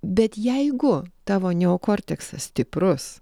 bet jeigu tavo neokorteksas stiprus